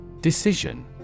Decision